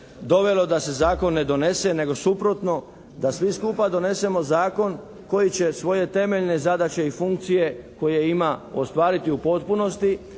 dovelo da se zakon ne donese, nego suprotno da svi skupa donesemo zakon koji će svoje temeljne zadaće i funkcije koje ima ostvariti u potpunosti,